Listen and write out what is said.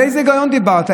על איזה היגיון דיברת?